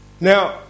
Now